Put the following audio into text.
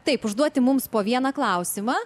taip užduoti mums po vieną klausimą